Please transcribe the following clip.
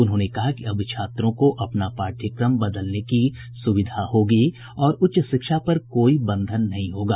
उन्होंने कहा कि अब छात्रों को अपना पाठ्यक्रम बदलने की सुविधा होगी और उच्च शिक्षा पर कोई बंधन नहीं होगा